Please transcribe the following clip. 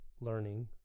learning